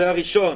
זה הראשון.